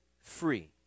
free